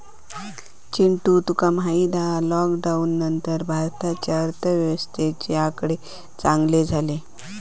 चिंटू तुका माहित हा लॉकडाउन नंतर भारताच्या अर्थव्यवस्थेचे आकडे चांगले झाले